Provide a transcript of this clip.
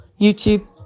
YouTube